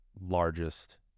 largest